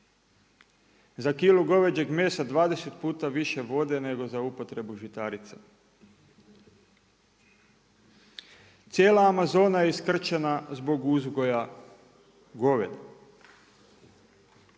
za kilu goveđeg mesa 20 puta više vode nego za upotrebu žitarica. Cijela Amazona je iskrčena zbog uzgoja goveda.